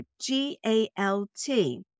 G-A-L-T